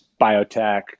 biotech